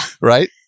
right